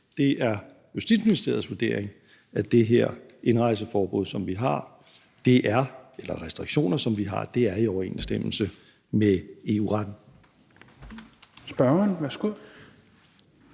Det er Justitsministeriets vurdering, at de her indrejserestriktioner, som vi har, er i overensstemmelse med EU-retten.